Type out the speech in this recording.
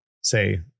say